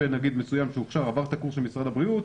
משרד הבריאות